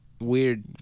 weird